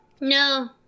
no